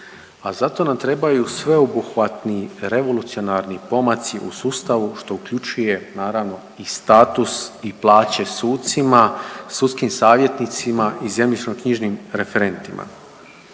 a za to nam trebaju sveobuhvatni revolucionarni pomaci u sustavu što uključuje naravno i status i plaće sucima, sudskim savjetnicima i zemljišno-knjižnim referentima.